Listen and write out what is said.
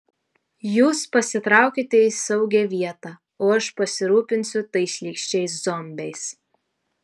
jūs pasitraukite į saugią vietą o aš pasirūpinsiu tais šlykščiais zombiais